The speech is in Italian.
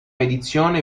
edizione